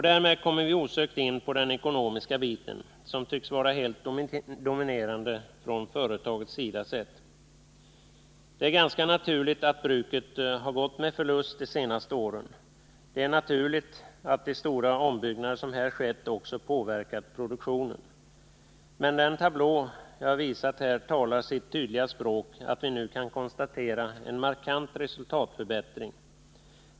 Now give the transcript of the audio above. Därmed kommer vi osökt in på den ekonomiska biten, som tycks vara helt dominerande från företagets sida sett. Det är ganska naturligt att bruket gått med förlust de senaste åren. Det är naturligt att de stora ombyggnader som här skett också påverkat produktionen. Men den tablå jag visat här talar på sitt tydliga språk om att vi nu kan konstatera en markant resultatförbättring.